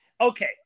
okay